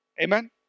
Amen